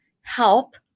help